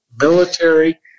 military